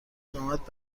اقامت